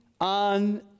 on